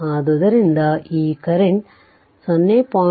ಆದ್ದರಿಂದ ಈ ಕರೆಂಟ್ 0